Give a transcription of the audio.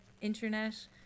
internet